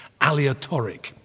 aleatoric